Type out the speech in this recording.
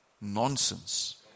nonsense